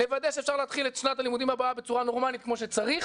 לוודא שאפשר להתחיל את שנת הלימודים הבאה בצורה נורמלית כמו שצריך,